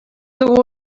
dugu